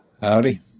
Howdy